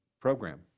program